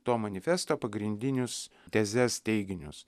to manifesto pagrindinius tezes teiginius